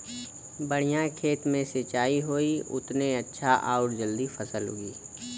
बढ़िया खेत मे सिंचाई होई उतने अच्छा आउर जल्दी फसल उगी